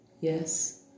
Yes